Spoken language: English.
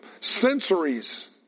sensories